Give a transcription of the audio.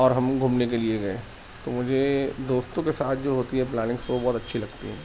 اور ہم گھومنے کے لیے گئے تو مجھے دوستوں کے ساتھ جو ہوتی پلاننگس وہ بہت اچھی لگتی ہے